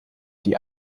die